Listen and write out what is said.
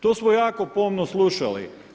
To smo jako pomno slušali.